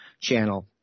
channel